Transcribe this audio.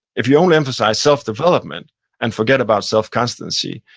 if you only emphasize self-development and forget about self-constancy,